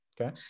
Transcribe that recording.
okay